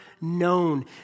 known